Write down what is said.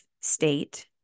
state